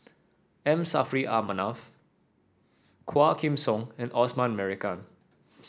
M Saffri A Manaf Quah Kim Song and Osman Merican